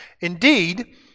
Indeed